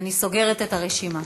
אני סוגרת את הרשימה.